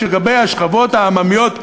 שלגבי השכבות העממיות,